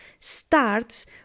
starts